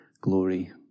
glory